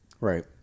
Right